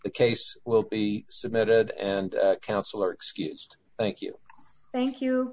the case will be submitted and counsel are excused thank you thank you